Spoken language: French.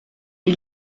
des